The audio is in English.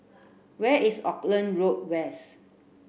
where is Auckland Road West